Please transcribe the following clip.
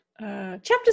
Chapter